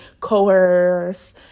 coerce